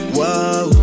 Whoa